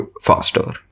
faster